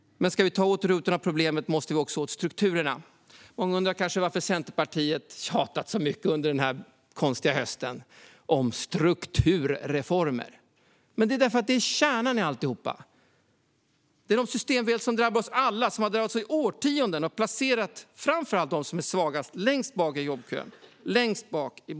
Men ska vi komma åt roten till problemen måste vi också komma åt strukturerna. Många undrar kanske varför Centerpartiet under denna konstiga höst tjatat så mycket om strukturreformer. Det är därför att detta är kärnan i alltihop. Det rör sig om de systemfel som drabbat oss alla i årtionden och placerat framför allt dem som är svagast längst bak i jobbkön och bostadskön.